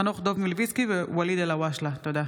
חנוך דב מלביצקי וואליד אלהואשלה בנושא: